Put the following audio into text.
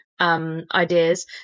ideas